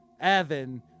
Evan